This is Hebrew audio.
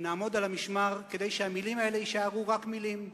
נעמוד על המשמר כדי שהמלים האלה יישארו רק מלים,